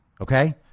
Okay